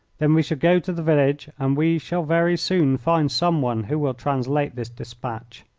then we shall go to the village and we shall very soon find some one who will translate this despatch.